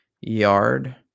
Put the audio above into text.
yard